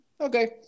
Okay